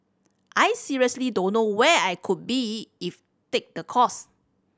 I seriously don't know where I could be if take the course